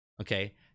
Okay